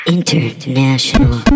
International